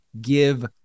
Give